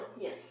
Yes